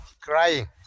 crying